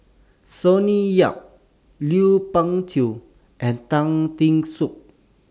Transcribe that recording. Sonny Yap Lui Pao Chuen and Tan Teck Soon